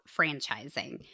franchising